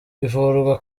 ivurwa